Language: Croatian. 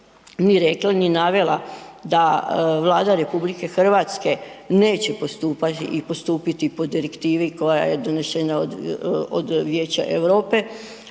nije rekla, nije navela da Vlada RH neće postupati i postupiti po direktivi koja je donešena od Vijeća Europe